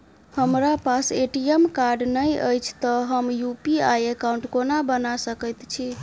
हमरा पास ATM card नहि अछि तए हम यु.पी.आई एकॉउन्ट कोना बना सकैत छी